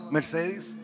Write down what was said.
Mercedes